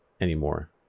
anymore